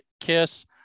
Kiss